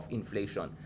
inflation